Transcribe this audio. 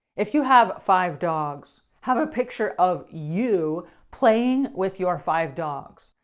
if you have five dogs, have a picture of you playing with your five dogs.